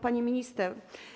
Pani Minister!